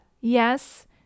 Yes